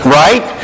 right